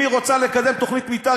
אם היא רוצה לקדם תוכנית מתאר,